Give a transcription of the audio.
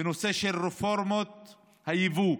בנושא רפורמות היבוא.